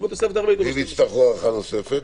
אם יצטרכו הארכה נוספת?